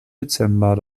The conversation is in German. dezember